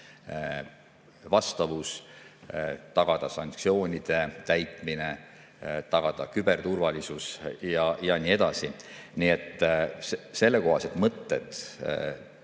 vastavus, tagada sanktsioonide täitmine, tagada küberturvalisus ja nii edasi. Nii et mõtted